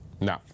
No